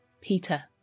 Peter